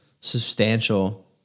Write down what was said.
substantial